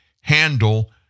handle